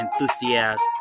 enthusiast